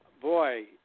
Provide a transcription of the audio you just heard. boy